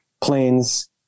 planes